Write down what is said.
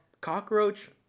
cockroach